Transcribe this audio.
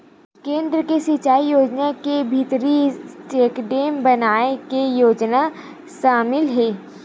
केन्द्र के सिचई योजना के भीतरी चेकडेम बनाए के योजना सामिल हे